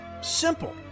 Simple